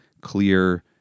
clear